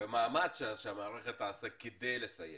והמאמץ שהמערכת תעשה כדי לסייע,